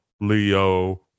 Leo